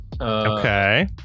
Okay